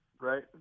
right